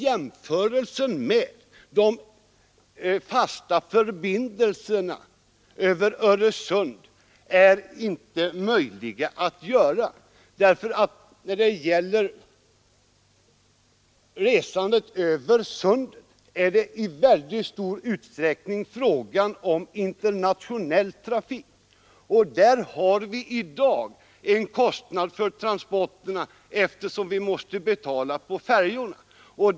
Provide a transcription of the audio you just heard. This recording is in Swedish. Jämförelsen med de fasta förbindelserna över Öresund är inte möjlig att göra, därför att resandet över Sundet i väldigt stor utsträckning är en fråga om internationell trafik; och där har vi i dag en kostnad för transporterna, eftersom vi måste betala på färjorna.